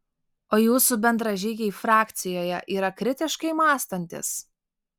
o jūsų bendražygiai frakcijoje yra kritiškai mąstantys